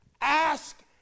ask